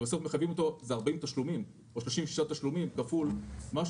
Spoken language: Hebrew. ובסוף מחייבים אותו על 36 תשלומים כפול איזה סכום,